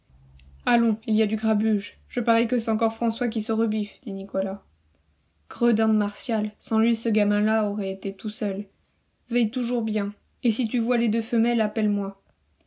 allons il y a du grabuge je parie que c'est encore françois qui se rebiffe dit nicolas gredin de martial sans lui ce gamin là aurait été tout seul veille toujours bien et si tu vois les deux femelles appelle-moi